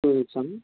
two వీక్సా అండి